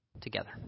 together